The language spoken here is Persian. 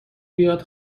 بیاد